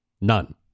none